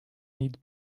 need